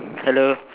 hello